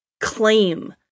claim